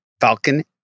Falcon